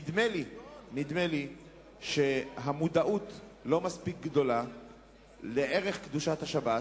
נדמה לי שהמודעות לערך קדושת השבת